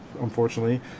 unfortunately